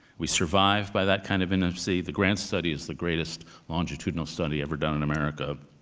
we survive by that kind of nfc. the grant study is the greatest longitudinal study ever done in america,